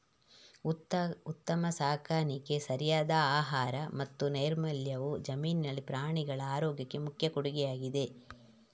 ಉತ್ತಮ ಸಾಕಾಣಿಕೆ, ಸರಿಯಾದ ಆಹಾರ ಮತ್ತು ನೈರ್ಮಲ್ಯವು ಜಮೀನಿನಲ್ಲಿ ಪ್ರಾಣಿಗಳ ಆರೋಗ್ಯಕ್ಕೆ ಮುಖ್ಯ ಕೊಡುಗೆಯಾಗಿದೆ